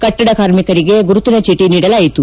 ಕಟ್ಟಡ ಕಾರ್ಮಿಕರಿಗೆ ಗುರುತಿನ ಚೀಟಿ ನೀಡಲಾಯಿತು